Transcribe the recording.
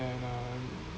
and uh